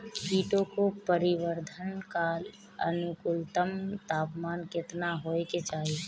कीटो के परिवरर्धन ला अनुकूलतम तापमान केतना होए के चाही?